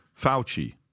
Fauci